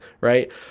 right